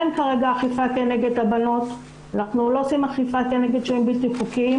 אין כרגע אכיפה כנגד הבנות על כך שהן שוהות לא חוקיות